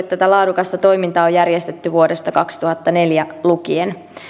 tätä laadukasta toimintaa on järjestetty vuodesta kaksituhattaneljä lukien